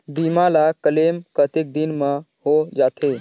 बीमा ला क्लेम कतेक दिन मां हों जाथे?